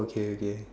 okay okay